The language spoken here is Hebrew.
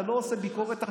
אתה לא עושה ביקורת.